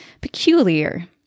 peculiar